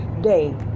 day